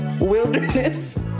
wilderness